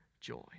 joy